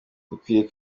dukwiriye